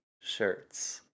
shirts